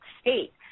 state